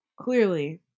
clearly